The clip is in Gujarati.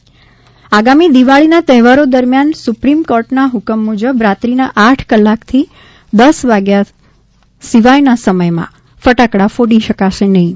ફટાકડા આગામી દિવાળીના તહેવારો દરમિયાન સુપ્રિમ કોર્ટના ફકમ મુજબ રાત્રીના આઠ કલાક થી દસ વાગ્યા સિવાયના સમયમાં ફટાકડા ફોડી શકાશે નહીં